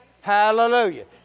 Hallelujah